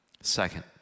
Second